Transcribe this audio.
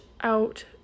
out